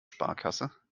sparkasse